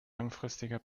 langfristiger